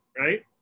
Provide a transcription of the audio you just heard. right